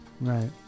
Right